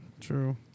True